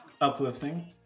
Uplifting